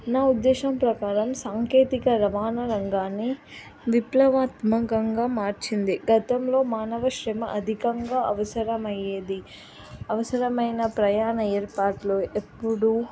నా ఉద్దేశం ప్రకారం సాంకేతిక రవాణా రంగాన్ని విప్లవాత్మకంగా మార్చింది గతంలో మానవ శ్రమ అధికంగా అవసరమయ్యేది అవసరమైన ప్రయాణ ఏర్పాట్లు ఎప్పుడూ